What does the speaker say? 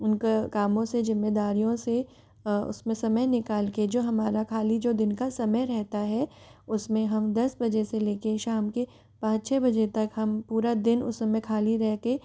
उनके कामों से जिम्मेदारियों से उसमें समय निकाल के जो हमारा खाली जो दिन का समय रहता है उसमें हम दस बजे से लेके शाम के पाँच छः बजे तक हम पूरा दिन उस समय खाली रहके